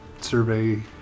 survey